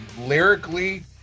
lyrically